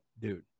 dude